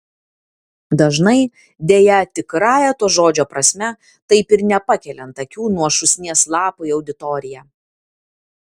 dažnai deja tikrąja to žodžio prasme taip ir nepakeliant akių nuo šūsnies lapų į auditoriją